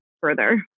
further